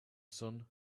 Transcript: sun